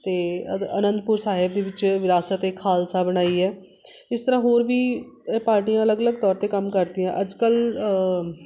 ਅਤੇ ਅਗ ਅਨੰਦਪੁਰ ਸਾਹਿਬ ਦੇ ਵਿੱਚ ਵਿਰਾਸਤ ਏ ਖਾਲਸਾ ਬਣਾਈ ਹੈ ਇਸ ਤਰ੍ਹਾਂ ਹੋਰ ਵੀ ਪਾਰਟੀਆਂ ਅਲੱਗ ਅਲੱਗ ਤੌਰ 'ਤੇ ਕੰਮ ਕਰਦੀਆਂ ਅੱਜ ਕੱਲ